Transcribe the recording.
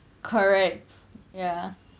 correct ya